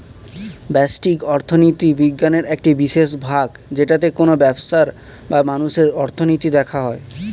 ব্যষ্টিক অর্থনীতি বিজ্ঞানের একটি বিশেষ ভাগ যেটাতে কোনো ব্যবসার বা মানুষের অর্থনীতি দেখা হয়